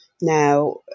Now